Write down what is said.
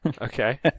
Okay